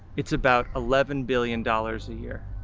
it's about eleven billion dollars a year.